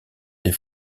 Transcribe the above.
des